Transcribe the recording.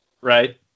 Right